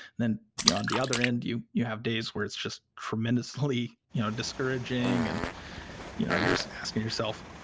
then yeah on the other end, you you have days where it's just tremendously you know discouraging and you know you're asking yourself,